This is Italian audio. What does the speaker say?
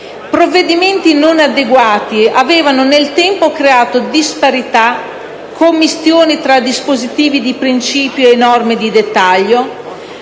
Provvedimenti non adeguati avevano nel tempo creato disparità, commistioni tra dispositivi di principio e norme di dettaglio,